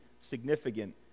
significant